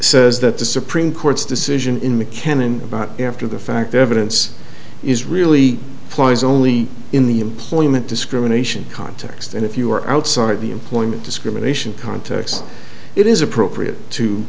says that the supreme court's decision in the canon about after the fact evidence is really applies only in the employment discrimination context and if you are outside the employment discrimination context it is appropriate to